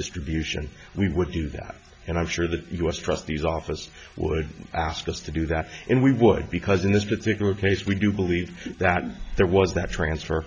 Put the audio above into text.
distribution we would do that and i'm sure the u s trustees office would ask us to do that and we would because in this particular case we do believe that there was that transfer